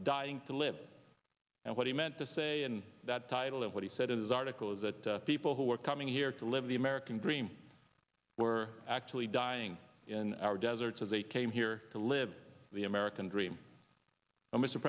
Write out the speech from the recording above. dying to live and what he meant to say in that title and what he said in his article is that people who were coming here to live the american dream were actually dying in our deserts as they came here to live the american dream